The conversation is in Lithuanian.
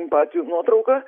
simpatijų nuotrauką